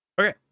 okay